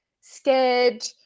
scared